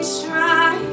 try